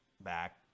Back